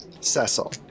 Cecil